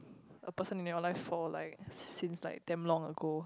a person in your life for like since like damn long ago